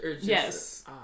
Yes